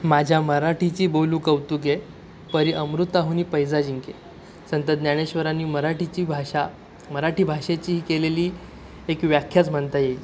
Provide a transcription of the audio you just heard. माझ्या मराठीची बोलू कौतुके परी अमृताहुनी पैजा जिंके संत ज्ञानेश्वरांनी मराठीची भाषा मराठी भाषेची ही केलेली एक व्याख्याच म्हणता येईल